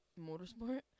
Motorsport